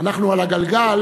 אנחנו על גלגל,